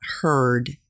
heard